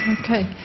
Okay